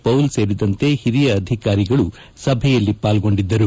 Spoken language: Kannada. ಪೌಲ್ ಸೇರಿದಂತೆ ಹಿರಿಯ ಅಧಿಕಾರಿಗಳು ಸಭೆಯಲ್ಲಿ ಪಾಲ್ಗೊಂಡಿದ್ದರು